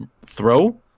throw